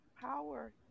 power